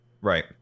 right